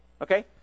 Okay